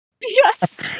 Yes